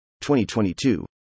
2022